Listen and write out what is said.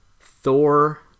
Thor